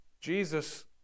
Jesus